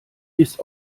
ist